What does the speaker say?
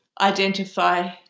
identify